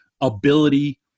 ability